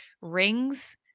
rings